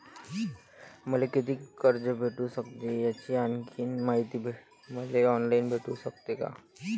मले कितीक कर्ज भेटू सकते, याची आणखीन मायती मले ऑनलाईन भेटू सकते का?